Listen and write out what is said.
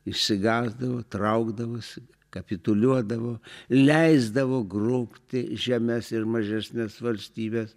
išsigąsdavo traukdavosi kapituliuodavo leisdavo grobti žemes ir mažesnes valstybes